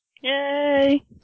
Yay